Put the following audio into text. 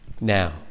now